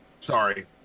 Sorry